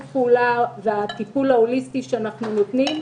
הפעולה והטיפול ההוליסטי שאנחנו נותנים.